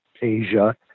Asia